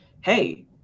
hey